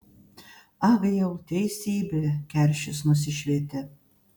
ag jau teisybė keršis nusišvietė